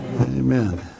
Amen